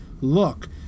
look